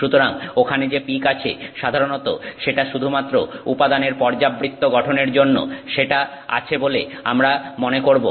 সুতরাং ওখানে যে পিক আছে সাধারণত সেটা শুধুমাত্র উপাদানের পর্যাবৃত্ত গঠনের জন্য সেটা আছে বলে আমরা মনে করব